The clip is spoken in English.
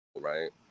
right